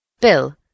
Bill